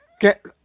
get